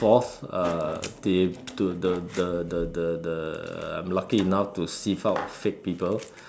fourth uh they to the the the the I'm lucky enough to sieve out fake people